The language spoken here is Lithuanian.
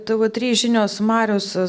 tv trys žinios marius